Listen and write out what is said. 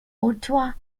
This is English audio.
ottawa